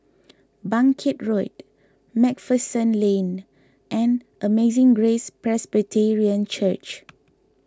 Bangkit Road MacPherson Lane and Amazing Grace Presbyterian Church